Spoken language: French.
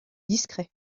discret